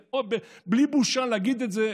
ובלי בושה להגיד את זה,